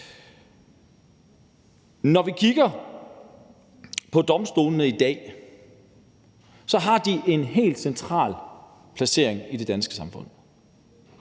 Når vi kigger på domstolene i dag, har de en helt central placering i det danske samfund.